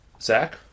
Zach